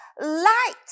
light